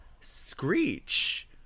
Screech